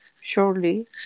Surely